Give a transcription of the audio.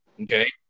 okay